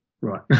right